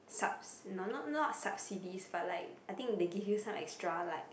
sub not not not subsidies but like I think they give you some extra like